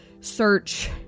search